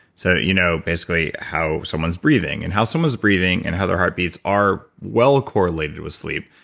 so you know basically how someone's breathing, and how someone's breathing, and how their heartbeats are well correlated with sleep,